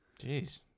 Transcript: Jeez